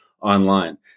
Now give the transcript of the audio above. online